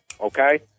Okay